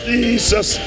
Jesus